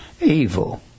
evil